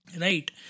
right